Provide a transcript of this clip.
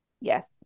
yes